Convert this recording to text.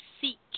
seek